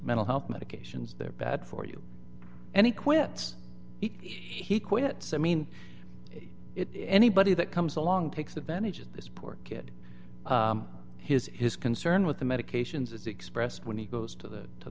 mental health medications they're bad for you and he quits he quits i mean if anybody that comes along takes advantage of this poor kid his his concern with the medications is expressed when he goes to the to